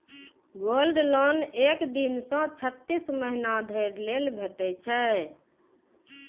gold loan एक दिन सं छत्तीस महीना धरि लेल भेटै छै